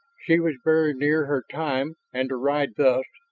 she was very near her time and to ride thus,